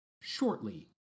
shortly